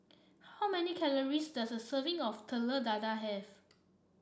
how many calories does a serving of Telur Dadah have